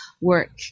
work